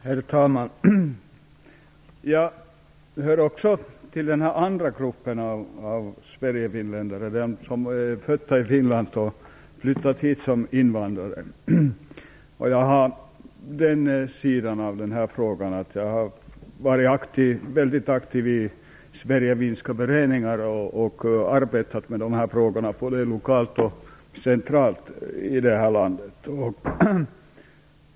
Herr talman! Jag hör också till den här andra gruppen av sverigefinländare som är födda i Finland och har flyttat till Sverige som invandrare. Jag har varit mycket aktiv i sverigefinska föreningar och arbetat med de här frågorna både lokalt och centralt i det här landet.